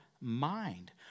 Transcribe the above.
mind